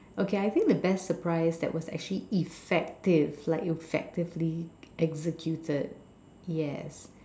okay I think the best surprise that was actually effective like effectively executed yes